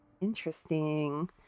Interesting